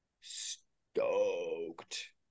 stoked